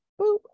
boop